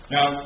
Now